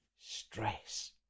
stress